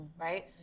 right